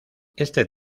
este